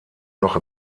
noch